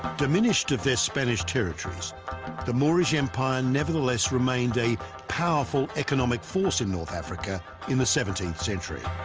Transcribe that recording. diminished of their spanish territories the moorish empire nevertheless remained a powerful economic force in north africa in the seventeenth century